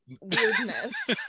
weirdness